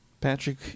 Patrick